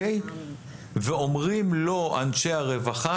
אומרים לו אנשי הרווחה,